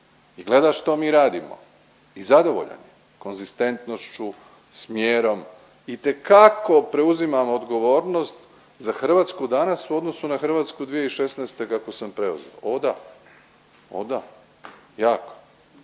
i gleda što mi radimo i zadovoljan konzistentnošću, smjerom, itekako preuzimamo odgovornost za Hrvatsku danas u odnosu na Hrvatsku 2016. kakvu sam preuzeo, o da. O da. Jako.